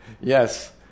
Yes